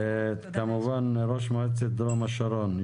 כמובן, ראש מועצת דרום השרון.